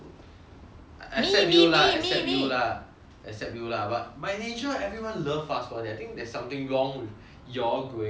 except you lah except you lah except you lah but by nature everyone love fast food leh I think there's something wrong your growing up process